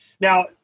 Now